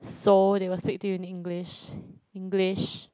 Seoul they will speak to you in English English